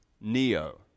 neo